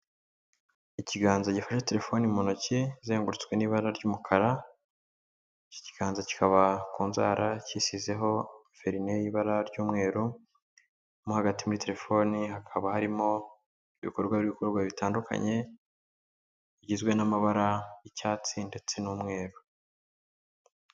Ikiganza gifashe telefoni mu ntoki izengurutswe n'ibara ry'umukara, iki kiganza kikaba ku nzara cyisiho verine y'ibara ry'umweru, mo hagati muri telefoni hakaba harimo ibikorwa birigukorwa bitandukanye, bigizwe n'amabara y'icyatsi ndetse n'umweru.